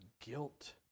guilt